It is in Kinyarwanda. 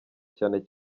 cyane